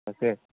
আছে